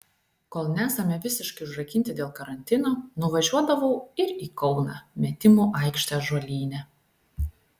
kol nesame visiškai užrakinti dėl karantino nuvažiuodavau ir į kauną metimų aikštę ąžuolyne